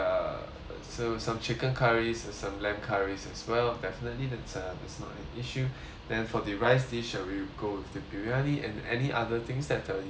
so some chicken curry or some lamb curries as well definitely that's uh that's not an issue then for the rice dish shall we go with the biryani and any other things that uh you would like to include